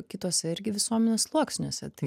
kitose irgi visuomenės sluoksniuose tai